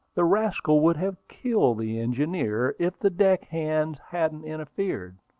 the rascal would have killed the engineer, if the deck-hands hadn't interfered,